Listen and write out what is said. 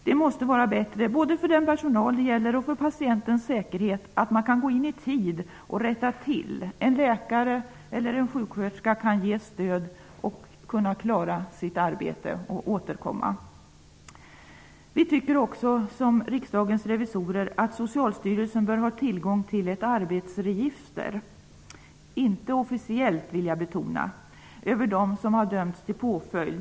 Det måste vara bättre för både den personal det gäller och patientens säkerhet att man kan gå in i tid och rätta till förhållandena. Läkare eller sjuksköterskor skall ges stöd, så att de kan klara av att återgå till arbetet. Vi tycker, liksom Riksdagens revisorer, att Socialstyrelsen bör ha tillgång till ett arbetsregister -- inte officiellt, vill jag betona -- över dem som har dömts till påföljd.